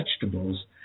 vegetables